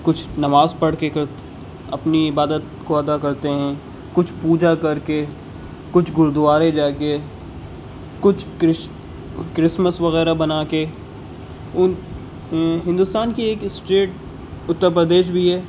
کچھ نماز پڑھ کے کرت اپنی عبادت کو ادا کرتے ہیں کچھ پوجا کر کے کچھ گرو دوارے جا کے کچھ کرسمس وغیرہ بنا کے ان ہندوستان کی ایک اسٹیٹ اتّر پردیش بھی ہے